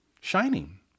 shining